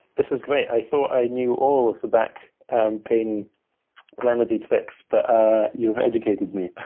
this is great. i thought i knew all of the back pain remedy tricks, but you've educated me.